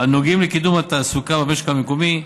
הנוגעים לקידום התעסוקה במשק המקומי,